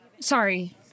Sorry